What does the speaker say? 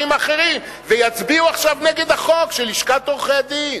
האחרים ויצביעו עכשיו נגד החוק של לשכת עורכי-הדין.